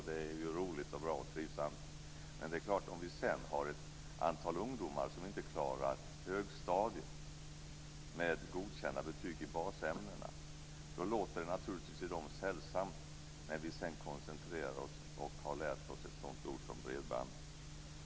Det är ju roligt, bra och trivsamt, men det är klart att det, om vi har ett antal ungdomar som inte klarar högstadiet med godkända betyg i basämnena, naturligtvis låter sällsamt när vi sedan koncentrerar oss på och har lärt oss ett sådant ord som bredband.